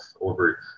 over